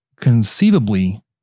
conceivably